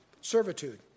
servitude